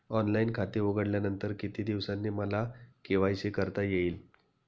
Online खाते उघडल्यानंतर किती दिवसांनी मला के.वाय.सी करता येईल?